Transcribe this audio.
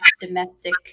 domestic